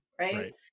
right